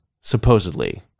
supposedly